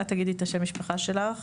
את תגידי את שם המשפחה שלך.